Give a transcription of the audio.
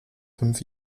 fünf